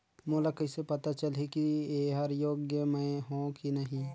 मोला कइसे पता चलही की येकर योग्य मैं हों की नहीं?